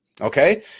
Okay